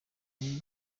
bamwe